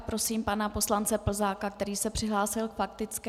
Prosím pana poslance Plzáka, který se přihlásil k faktické.